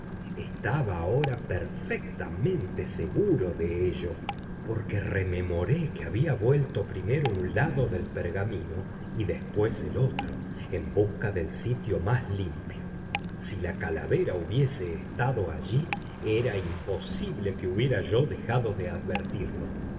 estaba ahora perfectamente seguro de ello porque rememoré que había vuelto primero un lado del pergamino y después el otro en busca del sitio más limpio si la calavera hubiese estado allí era imposible que hubiera yo dejado de advertirlo